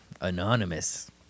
Anonymous